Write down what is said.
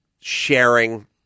sharing